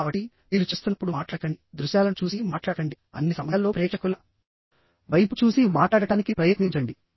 కాబట్టి మీరు చేస్తున్నప్పుడు మాట్లాడకండి దృశ్యాలను చూసి మాట్లాడకండి అన్ని సమయాల్లో ప్రేక్షకుల వైపు చూసి మాట్లాడటానికి ప్రయత్నించండి